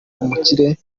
umukire